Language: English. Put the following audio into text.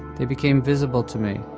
they became visible to me.